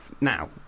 now